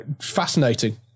fascinating